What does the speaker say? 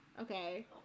Okay